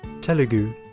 Telugu